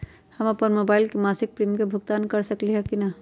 हम अपन मोबाइल से मासिक प्रीमियम के भुगतान कर सकली ह की न?